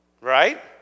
Right